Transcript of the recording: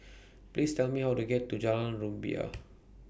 Please Tell Me How to get to Jalan Rumbia